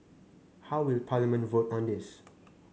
how will Parliament vote on this